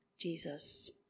Jesus